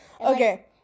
okay